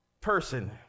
person